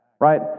Right